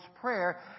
Prayer